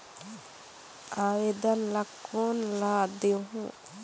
आवेदन ला कोन ला देहुं?